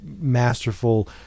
masterful